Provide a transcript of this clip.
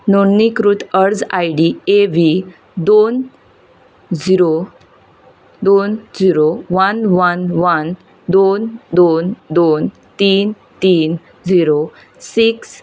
नोण्णीकृत अर्ज I D A V दोन zero दोन झिरो वन वन वन दोन दोन दोन तीन तीन झिरो सिक्स